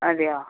അതെയോ